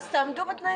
אז תעמדו בתנאים.